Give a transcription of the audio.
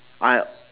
I'll